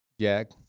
Jack